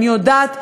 אני יודעת,